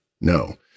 no